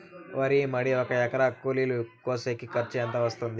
వరి మడి ఒక ఎకరా కూలీలు కోసేకి ఖర్చు ఎంత వస్తుంది?